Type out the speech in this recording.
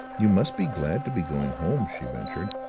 you must be glad to be going home, she ventured.